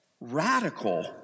radical